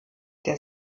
der